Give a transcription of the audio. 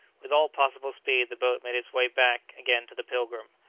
with all possible speed the boat made its way back again to the pilgrim,